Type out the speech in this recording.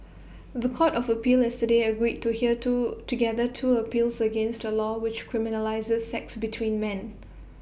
The Court of appeal yesterday agreed to hear to together two appeals against A law which criminalises sex between men